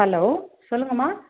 hello சொல்லுங்கம்மா